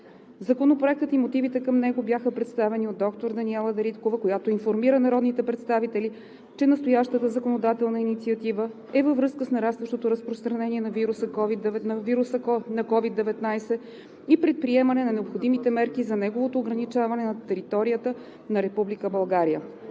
Законопроектът и мотивите към него бяха представени от доктор Даниела Дариткова, която информира народните представители, че настоящата законодателна инициатива е във връзка с нарастващото разпространение на вируса COVID-19 и предприемане на необходимите мерки за неговото ограничаване на територията на Република